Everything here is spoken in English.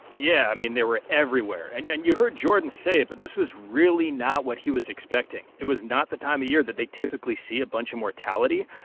yeah. i mean, they were everywhere. and yeah and you heard jordan say it, but this was really not what he was expecting. it was not the time of year that they typically see a bunch of mortality.